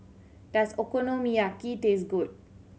does Okonomiyaki taste good